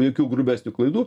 jokių grubesnių klaidų